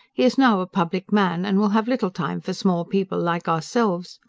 he is now a public man, and will have little time for small people like ourselves.